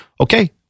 Okay